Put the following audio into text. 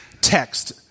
text